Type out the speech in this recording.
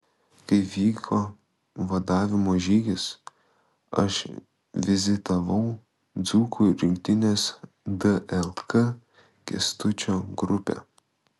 kai vyko vadavimo žygis aš vizitavau dzūkų rinktinės dlk kęstučio grupę